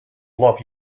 love